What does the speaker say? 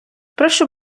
прошу